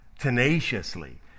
tenaciously